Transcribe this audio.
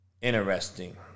interesting